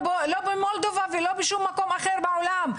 במולדובה או בכל מקום אחר בעולם,